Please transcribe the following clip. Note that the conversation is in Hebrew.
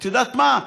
את יודעת מה,